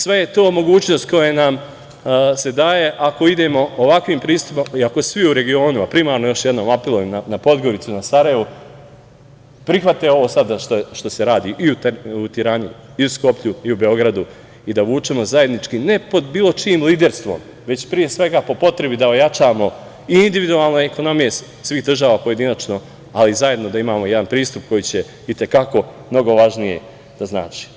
Sve su to mogućnosti koje nam se daju ako idemo ovakvim pristupima i ako svi u regionu, a primarno još jednom apelujem na Podgoricu i na Sarajevo, prihvate ovo sada što se radi i u Tirani i u Skoplju i u Beogradu i da vučemo zajednički, ne pod bilo čijim liderstvom, već pre svega po potrebi da ojačamo i individualne ekonomije svih država pojedinačno, ali i zajedno da imamo jedan pristup koji će i te kako mnogo važnije da znači.